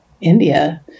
India